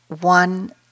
one